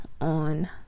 on